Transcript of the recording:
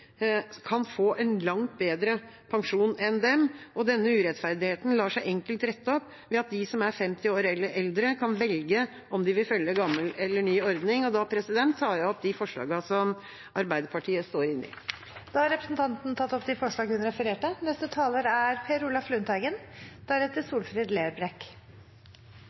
kan få en langt bedre pensjon enn dem. Denne urettferdigheten lar seg enkelt rette opp ved at de som er 50 år eller eldre, kan velge om de vil følge gammel eller ny ordning. Jeg tar opp de forslagene som Arbeiderpartiet står inne i. Representanten Lise Christoffersen har tatt opp de forslagene hun refererte